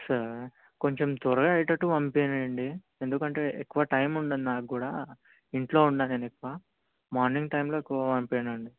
సరే కొంచెం త్వరగా అయ్యేటట్టు పంపించండి ఎందుకంటే ఎక్కువ టైం ఉండదు నాకు కూడా ఇంట్లో ఉండను నేను ఎక్కువ మార్నింగ్ టైంలో ఎక్కువ పంపించండి